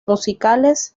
musicales